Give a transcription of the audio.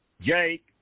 Jake